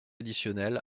additionnels